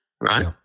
right